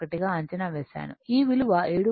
1 గా అంచనా వేశాను ఈ విలువ 7